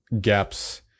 gaps